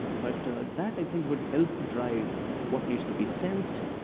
but that, i think, would help drive what needs to be sensed,